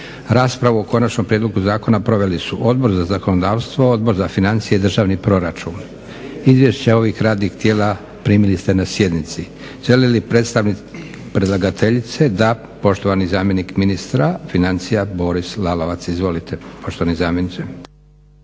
Raspravu o Konačnom prijedlogu zakona proveli su Odbor za zakonodavstvo, Odbor za financije i državni proračun. Izvješća ovih radnih tijela primili ste na sjednici. Želi li predstavnik predlagateljice? Da, poštovani zamjenik ministra financija Boris Lalovac, izvolite